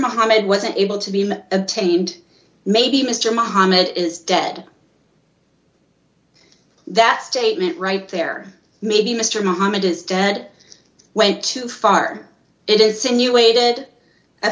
muhammad wasn't able to be obtained maybe mr muhammad is dead that statement right there maybe mr muhammad is dead went too far it is in you waited a